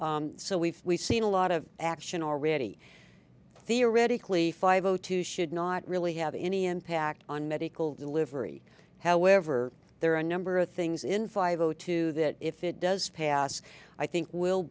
so we've seen a lot of action already theoretically five o two should not really have any impact on medical delivery however there are a number of things in five o two that if it does pass i think w